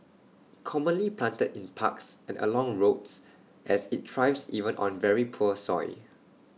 commonly planted in parks and along roads as IT thrives even on very poor soils